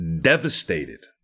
devastated